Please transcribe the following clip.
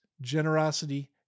generosity